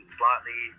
slightly